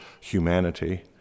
humanity